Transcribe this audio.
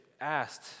asked